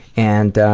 and,